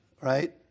right